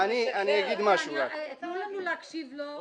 את --- אני רוצה להגיד --- תנו לנו להקשיב לו,